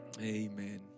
Amen